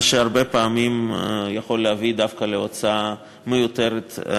מה שהרבה פעמים יכול להביא דווקא להוצאה כספית מיותרת.